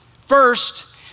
First